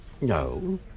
No